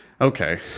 Okay